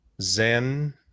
Zen